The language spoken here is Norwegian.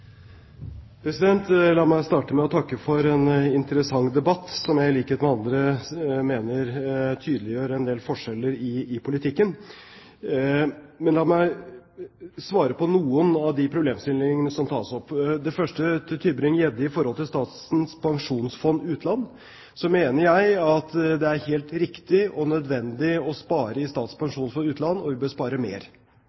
La meg starte med å takke for en interessant debatt, som jeg, i likhet med andre, mener tydeliggjør en del forskjeller i politikken. La meg så svare på noen av de problemstillingene som tas opp. Først til Tybring-Gjedde om Statens pensjonsfond utland. Jeg mener at det er helt riktig og nødvendig å spare i